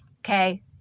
okay